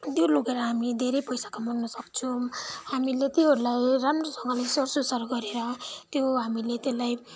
त्यो लगेर हामी धेरै पैसा कमाउन सक्छौँ हामीले त्योहरूलाई राम्रोसँगले स्याहर सुसार गरेर त्यो हामीले त्यसलाई